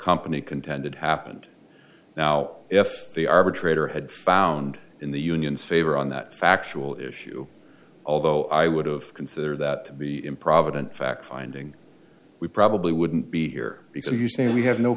company contended happened now if the arbitrator had found in the union's favor on that factual issue although i would've consider that to be improvident fact finding we probably wouldn't be here because you say we have no